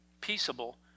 peaceable